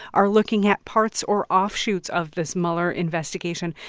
are looking at parts or offshoots of this mueller investigation.